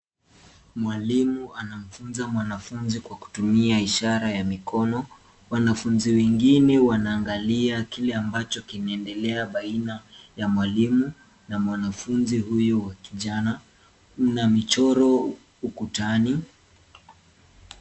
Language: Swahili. Mwalimu anamfunza mwanafunzi kwa kutumia ishara ya mikono. Wanafunzi wengine waangalia kile ambacho kinaendelea baina ya mwalimu na mwanafunzi huyu wa kijana. Kuna michoro ukutani.